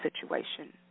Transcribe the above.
situation